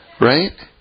Right